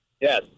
Yes